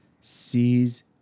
sees